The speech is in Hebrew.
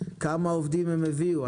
כמה עובדים הם הביאו.